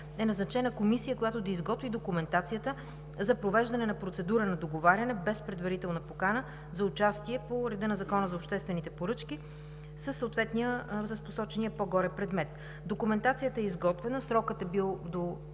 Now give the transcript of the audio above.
е назначена комисия, която да изготви документацията за провеждане на процедура на договаряне, без предварителна покана за участие по реда на Закона за обществените поръчки с посочения по-горе предмет. Документацията е изготвена – срокът е бил до